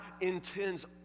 intends